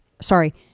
sorry